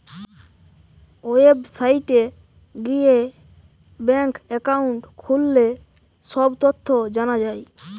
ওয়েবসাইটে গিয়ে bank account খুললে সব তথ্য জানা যায়